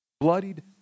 bloodied